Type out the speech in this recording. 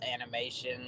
animation